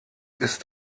ist